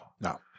No